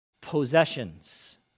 possessions